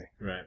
Right